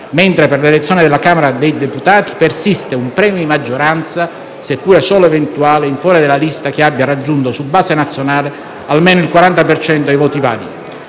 mentre per l'elezione della Camera dei deputati persiste un premio di maggioranza, seppure solo eventuale, in favore della lista che abbia raggiunto, su base nazionale, almeno il 40 per cento dei